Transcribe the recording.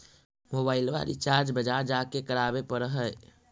मोबाइलवा रिचार्ज बजार जा के करावे पर है?